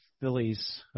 Phillies